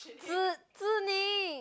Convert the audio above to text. Zi Zi-Ning